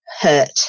hurt